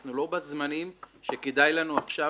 שאנחנו לא בזמנים שכדאי לנו עכשיו